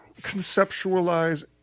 conceptualize